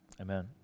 amen